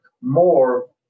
more